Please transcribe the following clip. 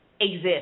exist